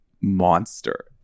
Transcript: monster